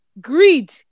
greed